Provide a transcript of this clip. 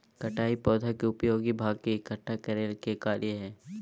कटाई पौधा के उपयोगी भाग के इकट्ठा करय के कार्य हइ